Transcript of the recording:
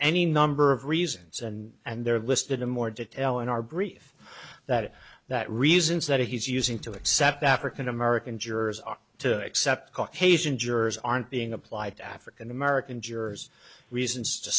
any number of reasons and and they're listed in more detail in our brief that that reasons that he's using to accept african american jurors are to accept caucasian jurors aren't being applied to african american jurors reasons to